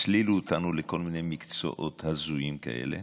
הסלילו אותנו לכל מיני מקצועות הזויים כאלה